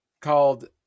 called